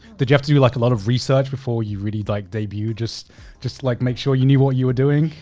did you have to do like a lot of research before you really like debuted? just just like make sure you knew what you were doing.